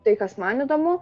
tai kas man įdomu